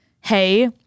hey